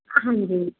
ਹਾਂਜੀ